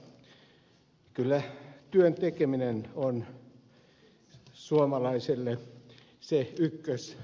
kyllä työn tekeminen on suomalaiselle se ykkösasia